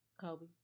Kobe